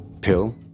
pill